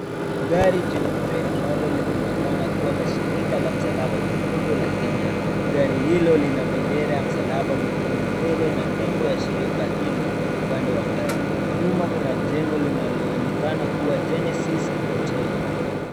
Gari jeupe ambalo linaonekana kuwa shirika la msalaba mwekundu la Kenya. Gari hilo lina bendera ya msalaba mwekundu mbele na nembo ya shirika hilo upande wa gari. Nyuma kuna jengo linaloonekana kuwa Genesis Hotel.